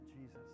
Jesus